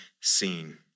seen